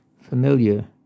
familiar